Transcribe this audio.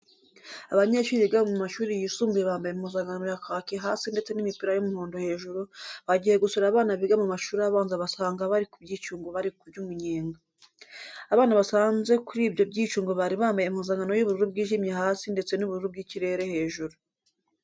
Abanyeshuri biga mu mashuri yisumbuye bambaye impuzankano ya kaki hasi ndetse n'imipira y'umuhondo hejuru, bagiye gusura abana biga mu mashuri abanza basanga bari ku byicungo bari kurya umunyenga. Abana basanze kuri ibyo byicungo bari bambaye impuzankano y'ubururu bwijimye hasi ndetse n'ubururu bw'ikirere hejuru.